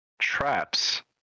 traps